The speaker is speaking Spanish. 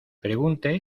pregunte